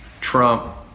Trump